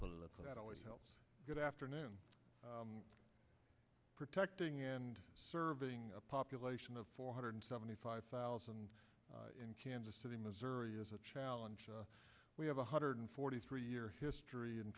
political that always helps good afternoon protecting and serving a population of four hundred seventy five thousand in kansas city missouri is a challenge we have one hundred forty three year history and